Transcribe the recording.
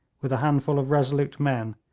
with a handful of resolute men,